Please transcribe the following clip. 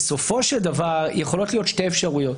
בסופו של דבר יכולות להיות שתי אפשרויות.